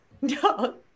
No